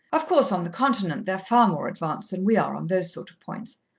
of course, on the continent they're far more advanced than we are, on those sort of points.